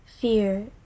Fear